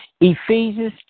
Ephesians